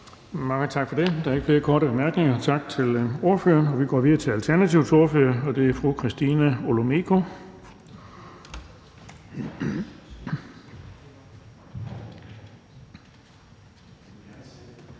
Mange tak for det. Der er ikke flere korte bemærkninger. Tak til ordføreren. Vi går videre til Alternativets ordfører, og det er fru Christina Olumeko.